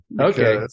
Okay